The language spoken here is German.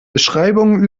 beschreibungen